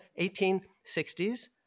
1860s